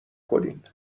کنین